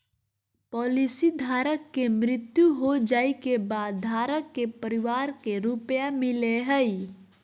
policy धारक के मृत्यु हो जाइ के बाद धारक के परिवार के रुपया मिलेय हइ